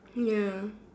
ya